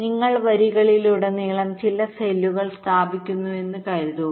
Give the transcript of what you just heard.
നിങ്ങൾ വരികളിലുടനീളം ചില സെല്ലുകൾ സ്ഥാപിക്കുന്നുവെന്ന് കരുതുക